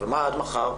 מה עד מחר?